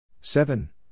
Seven